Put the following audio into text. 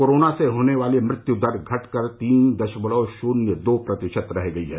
corona से होने वाली मृत्यु दर घटकर तीन दशमलव शून्य दो प्रतिशत रह गई है